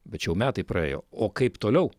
bet čia jau metai praėjo o kaip toliau